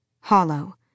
Hollow